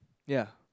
ya